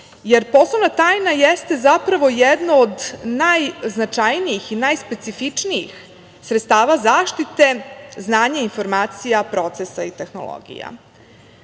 jer poslovna tajna jeste zapravo jedno od najznačajnijih i najspecifičnijih sredstava zaštite znanja, informacija, procesa i tehnologija. Evropski